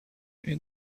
این